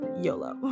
YOLO